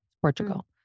Portugal